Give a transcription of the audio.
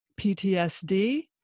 ptsd